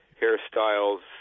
hairstyles